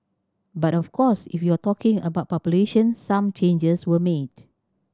but of course if you're talking about population some changes were made